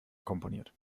komponiert